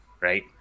right